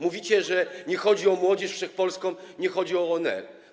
Mówicie, że nie chodzi o Młodzież Wszechpolską, nie chodzi o ONR.